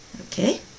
okay